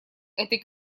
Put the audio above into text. этой